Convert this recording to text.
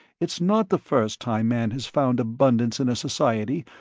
it's not the first time man has found abundance in a society,